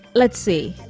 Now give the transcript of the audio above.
let's see.